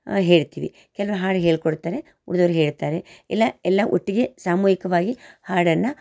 ಹೇಳ್ತೀವಿ ಕೆಲವ್ರು ಹಾಡು ಹೇಳಿಕೊಡ್ತಾರೆ ಉಳ್ದವ್ರು ಹೇಳ್ತಾರೆ ಇಲ್ಲ ಎಲ್ಲ ಒಟ್ಟಿಗೆ ಸಾಮೂಹಿಕವಾಗಿ ಹಾಡನ್ನು